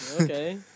Okay